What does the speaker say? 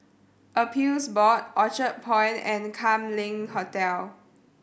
Appeals Board Orchard Point and Kam Leng Hotel